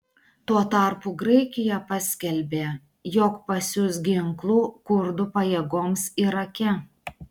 tuo tarpu graikija paskelbė jog pasiųs ginklų kurdų pajėgoms irake